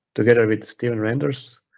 together with steven renders,